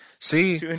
See